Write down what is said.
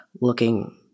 looking